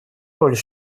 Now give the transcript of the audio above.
роль